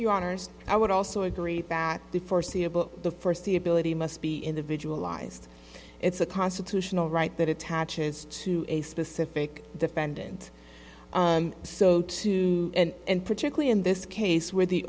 honour's i would also agree that the foreseeable the first the ability must be individualized it's a constitutional right that attaches to a specific defendant so too and particularly in this case where the